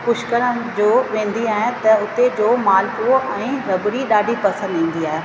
पुष्कर जो वेंदी आहियां त उते जो माल पुणो ऐं रबड़ी ॾाढी पसंदि ईंदी आहे